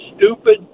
stupid